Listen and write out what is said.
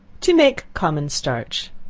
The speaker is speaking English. to make common starch.